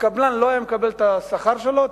הקבלן לא היה מקבל את השכר שלו,